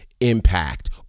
impact